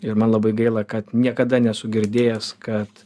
ir man labai gaila kad niekada nesu girdėjęs kad